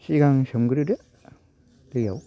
सिगां सोमग्रोदो दैआव